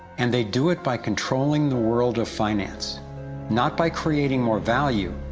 and they do it by controlling the world of finance not by creating more value,